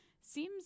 seems